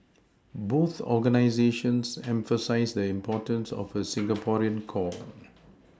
both organisations emphasise the importance of a Singaporean core